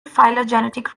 phylogenetic